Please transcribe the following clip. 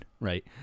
Right